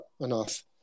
enough